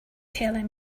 telling